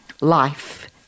life